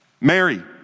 Mary